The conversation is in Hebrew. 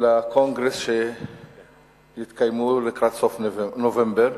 לקונגרס שיתקיימו לקראת סוף נובמבר.